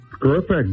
Perfect